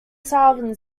southern